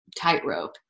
tightrope